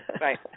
Right